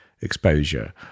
exposure